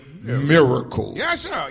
miracles